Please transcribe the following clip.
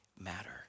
matter